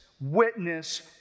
Witness